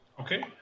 okay